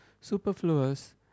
superfluous